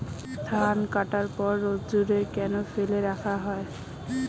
ধান কাটার পর রোদ্দুরে কেন ফেলে রাখা হয়?